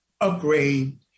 upgrade